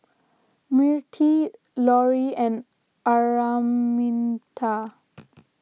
Mirtie Lorie and Araminta